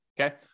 okay